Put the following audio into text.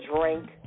drink